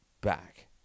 back